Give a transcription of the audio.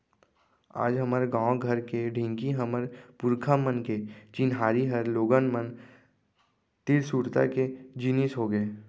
आज हमर गॉंव घर के ढेंकी हमर पुरखा मन के चिन्हारी हर लोगन मन तीर सुरता के जिनिस होगे